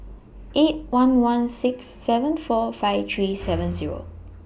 eight one one six seven four five three seven Zero